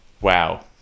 wow